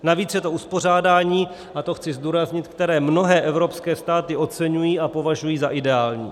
Navíc je to uspořádání a to chci zdůraznit které mnohé evropské státy oceňují a považují za ideální.